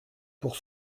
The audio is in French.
pour